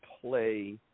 play